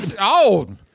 old